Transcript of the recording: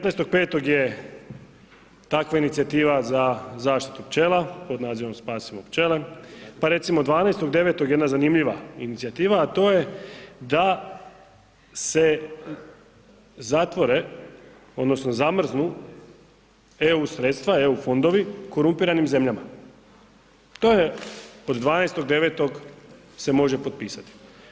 15.5. je takva inicijativa za zaštitu pčela pod nazivom „Spasimo pčele“, pa recimo 12.9. jedna zanimljiva inicijativa, a to je da se zatvore odnosno zamrznu EU sredstva, EU fondovi korumpiranim zemljama, to je od 12.9. se može potpisati.